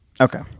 Okay